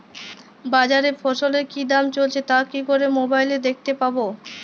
বাজারে ফসলের কি দাম চলছে তা কি করে মোবাইলে দেখতে পাবো?